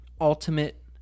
ultimate